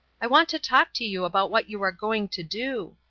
i want to talk to you about what you are going to do.